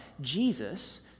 Jesus